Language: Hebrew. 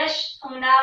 וגם נציג החברה הבהיר,